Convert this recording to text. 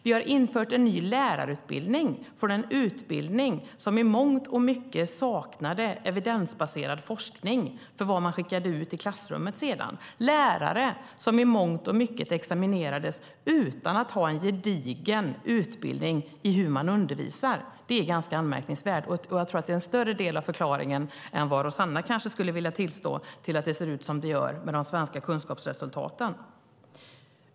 Vi har infört en ny lärarutbildning i stället för den utbildning som i mångt och mycket saknade evidensbaserad forskning för vad man skickade ut i klassrummet sedan. Det var lärare som i hög grad examinerades utan att ha en gedigen utbildning i hur man undervisar. Det är ganska anmärkningsvärt, och jag tror att det är en större del av förklaringen än vad Rossana kanske skulle vilja tillstå till att det ser ut som det gör med de svenska kunskapsresultaten.